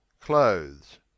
clothes